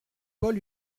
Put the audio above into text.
paul